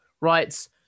writes